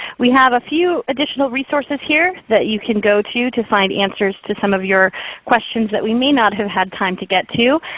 we have a few additional resources here that you can go to, to find answers to some of your questions that we may not have had time to get to.